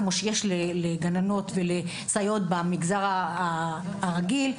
כמו לסייעות וגננות במגזר הרגיל,